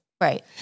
Right